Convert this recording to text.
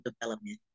development